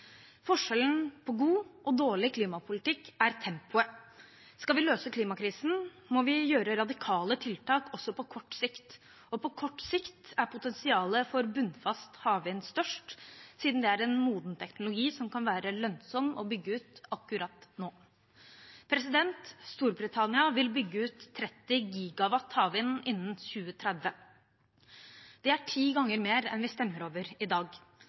Forskjellen på god og dårlig klimapolitikk er tempoet. Skal vi løse klimakrisen, må vi gjøre radikale tiltak også på kort sikt, og på kort sikt er potensialet for bunnfast havvind størst, siden det er en moden teknologi som kan være lønnsom å bygge ut akkurat nå. Storbritannia vil bygge ut 30 GW havvind innen 2030. Det er ti ganger mer enn vi stemmer over i dag.